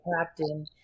captain